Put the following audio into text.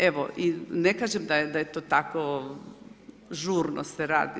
Evo i ne kažem da je to tako žurno se radi.